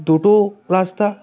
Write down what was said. দুটো রাস্তা